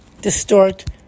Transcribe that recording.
distort